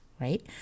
Right